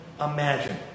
imagine